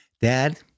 dad